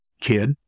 kid